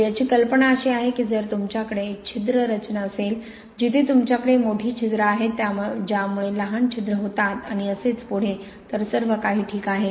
तर याची कल्पना अशी आहे की जर तुमच्याकडे छिद्र रचना असेल जिथे तुमच्याकडे मोठी छिद्रे आहेत ज्यामुळे लहान छिद्रे होतात आणि असेच पुढे तर सर्वकाही ठीक आहे